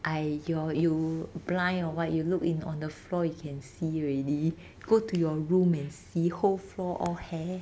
I you're you blind or what you look in on the floor you can see already go to your room and see how four or hair